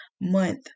month